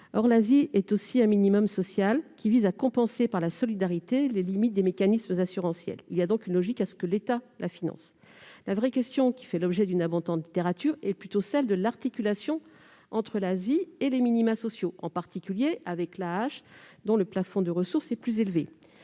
Or l'ASI est aussi un minimum social, qui vise à compenser par la solidarité les limites des mécanismes assurantiels. Il y a donc une logique à ce que l'État la finance. La vraie question, qui fait l'objet d'une abondante littérature, est plutôt celle de l'articulation entre l'ASI et les minima sociaux, en particulier avec l'AAH, dont le plafond de ressources est plus élevé.